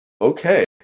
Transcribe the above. Okay